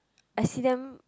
I see them